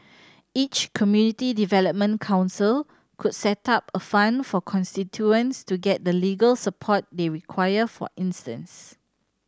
each community development council could set up a fund for constituents to get the legal support they require for instance